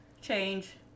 change